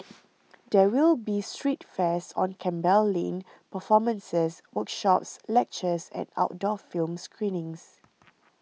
there will be street fairs on Campbell Lane performances workshops lectures and outdoor film screenings